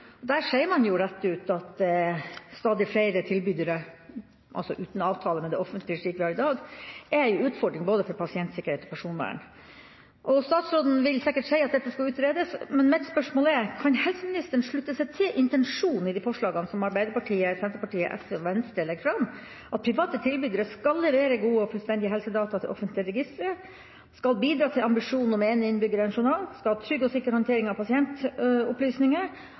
går. Der sier man rett ut at stadig flere tilbydere – uten avtale med det offentlige, slik vi har i dag – er en utfordring for både pasientsikkerhet og personvern. Statsråden vil sikkert si at dette skal utredes. Men mitt spørsmål er: Kan helseministeren slutte seg til intensjonen i det forslaget som Arbeiderpartiet, Senterpartiet, SV og Venstre legger fram, om at private tilbydere skal levere gode og fullstendige helsedata til offentlige registre, bidra til ambisjonen om «én innbygger – én journal» og ha trygg og sikker håndtering av